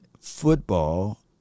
football